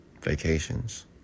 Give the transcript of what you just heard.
vacations